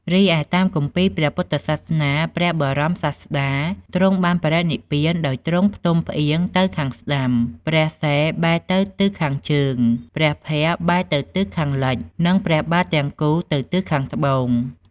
រីឯតាមគម្ពីរព្រះពុទ្ធសាសនា ព្រះពុទ្ធបរមសាស្តាទ្រង់បានបរិនិព្វានដោយទ្រង់ផ្ទុំផ្អៀងទៅខាងស្តាំ ព្រះសិរ្សបែរទៅទិសខាងជើង ព្រះភ័ក្ត្របែរទៅទិសខាងលិច និងព្រះបាទទាំងគូទៅទិសខាងត្បូង។